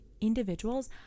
individuals